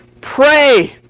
pray